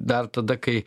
dar tada kai